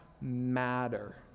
matter